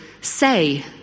say